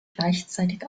gleichzeitig